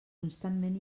constantment